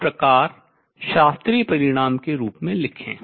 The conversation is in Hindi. इस प्रकार शास्त्रीय परिणाम के रूप में लिखें